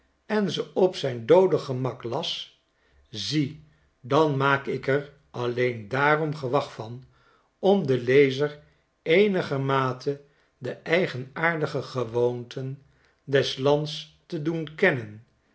en ze op zijn doode gemak las zie dan maak ik er alleen daarom gewag van om den lezer eenigermate de eigenaardige gewoonten des lands te doen kennen